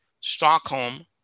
Stockholm